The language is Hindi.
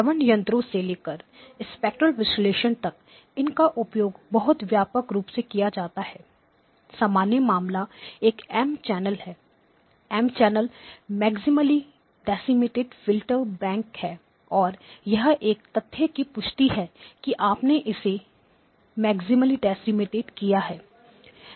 श्रवण यंत्रों से लेकर स्पेक्ट्रेल विश्लेषण तक इनका उपयोग बहुत व्यापक रूप से किया जाता है सामान्य मामला एक एम चैनल है M channel maximally decimated filter Decimated Filter banks bank है और यह इस तथ्य की पुष्टि है कि आपने इसे मैक्सिमली डेसिमेटेड किया है